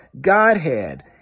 Godhead